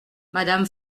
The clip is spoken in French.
madame